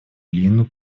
линну